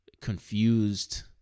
confused